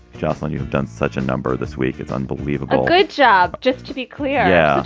jocelyn, you have done such a number this week. it's unbelievable good job. just to be clear. yeah